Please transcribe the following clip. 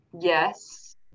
Yes